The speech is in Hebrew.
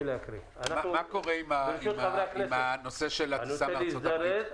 מה קורה עם הטיסה מארצות הברית?